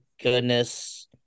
goodness